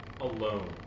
alone